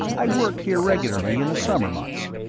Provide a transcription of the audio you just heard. i worked here regularly in the summer months.